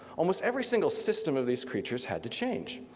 almost every single system of these creatures had to change.